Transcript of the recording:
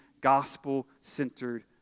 gospel-centered